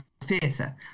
theatre